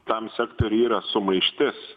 tam sektoriui yra sumaištis